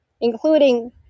including